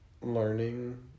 learning